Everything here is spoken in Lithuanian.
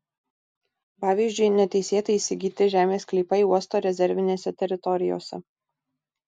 pavyzdžiui neteisėtai įsigyti žemės sklypai uosto rezervinėse teritorijose